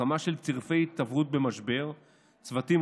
הקמה של צוותי התערבות במשבר וצוותים